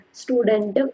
student